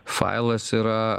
failas yra